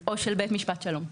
המילים: או של בית משפט שלום.